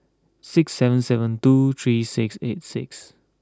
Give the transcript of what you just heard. six seven seven two three six eight six